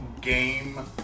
game